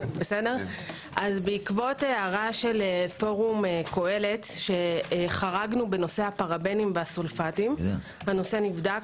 בעקבות הערה של פורום קהלת שחרגנו בנושא הפרבנים והסופלטים הנושא נבדק.